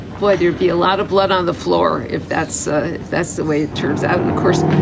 boy, there be a lot of blood on the floor. if that's ah if that's the way it turns out and of course,